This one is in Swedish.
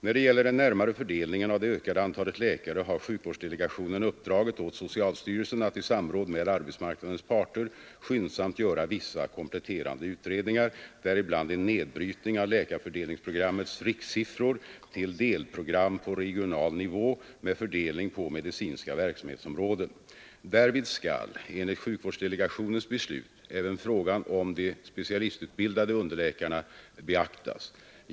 När det gäller den närmare fördelningen av det ökande antalet läkare har sjukvårdsdelegationen uppdragit åt socialstyrelsen att i samråd med arbetsmarknadens parter skyndsamt göra vissa kompletterande utredningar, däribland en nedbrytning av läkarfördelningsprogrammets rikssiffror till delprogram på regional nivå med fördelning på medicinska verksamhetsområden. Därvid skall enligt sjukvårdsdelegationens beslut även frågan om de specialistutbildade underläkarna beaktas.